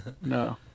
No